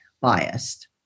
biased